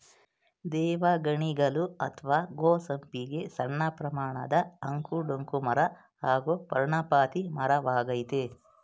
ದೇವಗಣಿಗಲು ಅತ್ವ ಗೋ ಸಂಪಿಗೆ ಸಣ್ಣಪ್ರಮಾಣದ ಅಂಕು ಡೊಂಕು ಮರ ಹಾಗೂ ಪರ್ಣಪಾತಿ ಮರವಾಗಯ್ತೆ